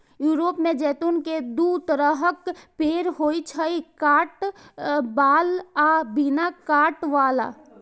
Europe मे जैतून के दू तरहक पेड़ होइ छै, कांट बला आ बिना कांट बला